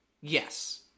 Yes